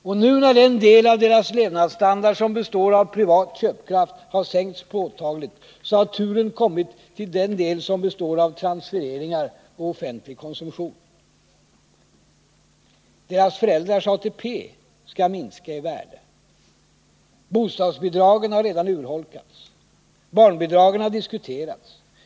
Och nu, när den del av deras levnadsstandard som består av privat köpkraft har sänkts påtagligt, har turen kommit till den del som består av transfereringar och offentlig konsumtion. Deras föräldrars ATP skall minska i värde. Bostadsbidragen har redan urholkats. Barnbidragen har diskuterats.